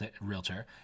realtor